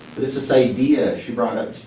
but it's this idea she brought up,